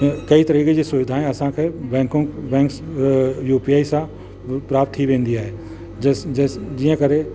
कई तरीक़े जी सुविधा असांखे बैंको बैंक यू पी आई सां प्राप्त थी वेंदी आहे जिस जिस जीअं करे